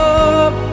up